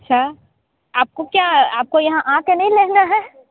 अच्छा आप को क्या आप को यहाँ आ के नहीं लेना है